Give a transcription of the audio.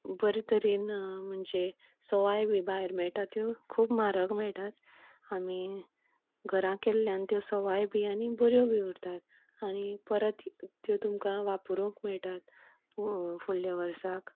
बरें तरेन म्हणजे सवाय बी भायर मेळटा त्यो खूब म्हारग मेळटात आमी घरां केल्ल्यान त्यो सवाय बी आनी बऱ्यो बीन उरतात आनी परत त्यो तुमकां वापरुंकय मेळटा फुडल्या वर्साक